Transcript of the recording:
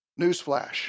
newsflash